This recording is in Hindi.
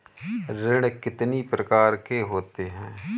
ऋण कितनी प्रकार के होते हैं?